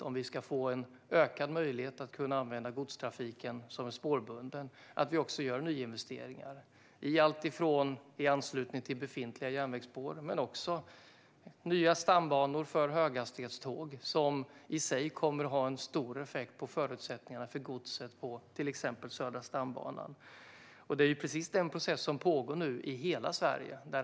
Om vi ska få ökad möjlighet att använda den spårbundna godstrafiken tror jag att det är nödvändigt med nyinvesteringar, i anslutning till befintliga järnvägsspår men också i nya stambanor för höghastighetståg. Det kommer i sig att få stor effekt för förutsättningarna för godset på till exempel Södra stambanan. Det är precis den processen som pågår nu, i hela Sverige.